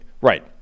right